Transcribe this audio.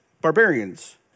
barbarians